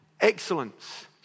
excellence